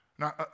Now